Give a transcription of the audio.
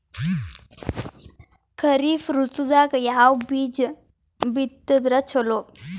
ಖರೀಫ್ ಋತದಾಗ ಯಾವ ಬೀಜ ಬಿತ್ತದರ ಚಲೋ?